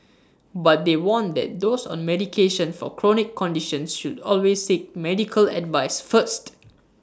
but they warn that those on medication for chronic conditions should always seek medical advice first